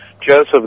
Joseph